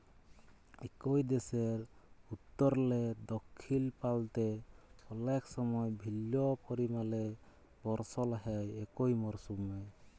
একই দ্যাশের উত্তরলে দখ্খিল পাল্তে অলেক সময় ভিল্ল্য পরিমালে বরসল হ্যয় একই মরসুমে